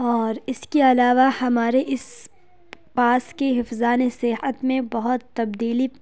اور اس کے علاوہ ہمارے اس پاس کے حفظان صحت میں بہت تبدیلی